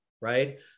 right